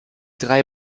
drei